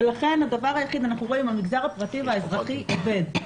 אנחנו רואים שהמגזר הפרטי והאזרחי עובד.